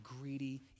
greedy